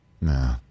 Nah